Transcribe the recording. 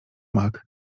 mak